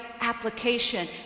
application